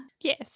Yes